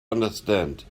understand